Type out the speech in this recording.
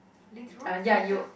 literally character